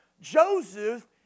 Joseph